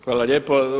Hvala lijepo.